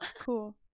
cool